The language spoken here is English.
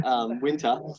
winter